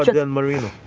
yeah dan marino?